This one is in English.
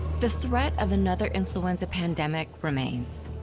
the threat of another influenza pandemic remains.